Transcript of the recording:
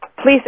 Please